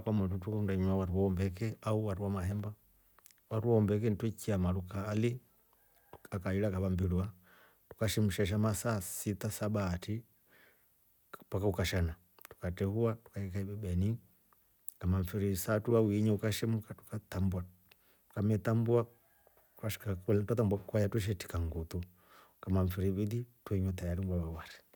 Kunu kwamotu twekundi inywa wari wa umbeke au wamahemba, wari wo wa umbeke tweikya maru kaaali yakahira yakava mbirwa. ukashemsha sha masaa sita saba ati mpaka ukashana ukatehua ukaikya ibibeni ngama. mfiri istau ama iinya ukashemka tukatambua. tukametambua ukashika kwaya. ukatambua kwaya tweshitika ngoto ukamaa mfiri ivili wewa tayari we nywa wari.